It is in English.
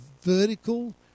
vertical